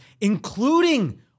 including